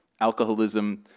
alcoholism